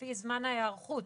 לפי זמן ההיערכות.